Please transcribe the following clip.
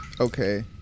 Okay